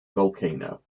volcano